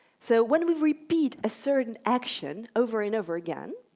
so when we repeat a certain action over and over again,